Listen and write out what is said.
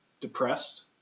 depressed